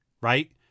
right